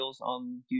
on